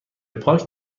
پارک